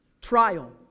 trial